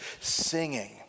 singing